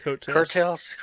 Curtails